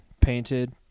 painted